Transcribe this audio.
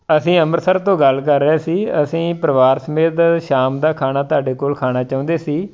ਅਸੀਂ ਅੰਮ੍ਰਿਤਸਰ ਤੋਂ ਗੱਲ ਕਰ ਰਹੇ ਸੀ ਅਸੀਂ ਪਰਿਵਾਰ ਸਮੇਤ ਸ਼ਾਮ ਦਾ ਖਾਣਾ ਤੁਹਾਡੇ ਕੋਲ ਖਾਣਾ ਚਾਹੁੰਦੇ ਸੀ